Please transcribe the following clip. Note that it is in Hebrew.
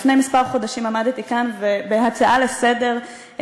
לפני כמה חודשים עמדתי כאן ובהצעה נוספת לסדר-היום,